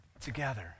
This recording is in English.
together